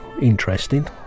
interesting